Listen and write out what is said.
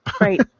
Right